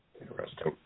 Interesting